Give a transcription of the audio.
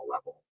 level